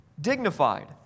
Dignified